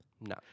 No